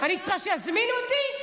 תקשיבי, אני צריכה שיזמינו אותי?